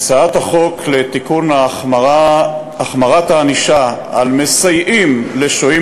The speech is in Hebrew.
הצעת החוק להחמרת הענישה על מסייעים לשוהים